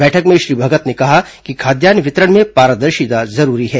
बैठक में श्री भगत ने कहा कि खाद्यान्न वितरण में पारदर्शिता जरूरी है